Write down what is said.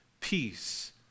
peace